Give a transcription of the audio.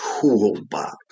toolbox